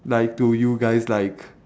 like to you guys like